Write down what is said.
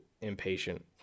impatient